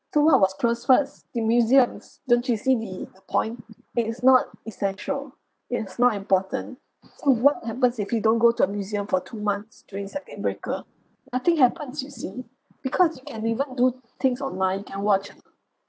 so what was close first the museums don't you see the the point it is not essential it is not important so what happens if you don't go to a museum for two months during circuit breaker nothing happens you see because you can even do things online you can watch a